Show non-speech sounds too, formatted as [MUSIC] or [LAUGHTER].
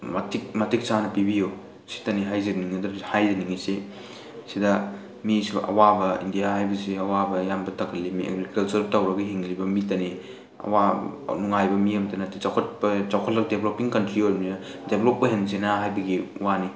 ꯃꯇꯤꯛ ꯃꯇꯤꯛ ꯆꯥꯅ ꯄꯤꯕꯤꯌꯨ ꯁꯤꯇꯅꯤ ꯍꯥꯏꯖꯅꯤꯡꯉꯤꯁꯦ ꯁꯤꯗ ꯃꯤꯁꯨ ꯑꯋꯥꯕ ꯏꯟꯗꯤꯌꯥ ꯍꯥꯏꯕꯁꯤ ꯑꯋꯥꯕ ꯑꯌꯥꯝꯕ [UNINTELLIGIBLE] ꯑꯦꯒ꯭ꯔꯤꯀꯜꯆꯔ ꯇꯧꯔꯒ ꯍꯤꯡꯂꯤꯕ ꯃꯤꯇꯅꯤ ꯑꯋꯥꯕ ꯅꯨꯡꯉꯥꯏꯕ ꯃꯤ ꯑꯝꯇ ꯅꯠꯇꯦ ꯆꯥꯎꯈꯠꯄ ꯆꯥꯎꯈꯠꯂꯛꯄ ꯗꯦꯚꯦꯂꯞꯄꯤꯡ ꯀꯟꯇ꯭ꯔꯤ ꯑꯣꯏꯕꯅꯤꯅ ꯗꯦꯚꯦꯂꯞ ꯑꯣꯏꯍꯟꯁꯦꯅ ꯍꯥꯏꯕꯒꯤ ꯋꯥꯅꯤ